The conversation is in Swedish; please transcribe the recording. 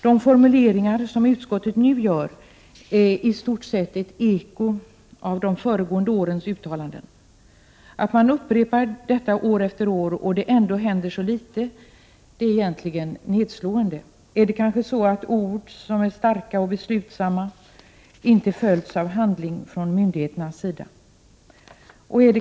De formuleringar som utskottet nu gör är i stort ett eko av de föregående årens uttalanden. Att riksdagen upprepar detta år efter år och det ändå händer så litet är egentligen nedslående. Är det kanske så att ord, som är starka och beslutsamma, inte följs av handling från myndigheternas sida?